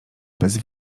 bez